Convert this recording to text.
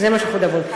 זה מה שאנחנו מדברים.